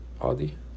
audi